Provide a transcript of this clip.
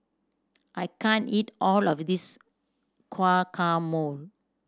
I can't eat all of this Guacamole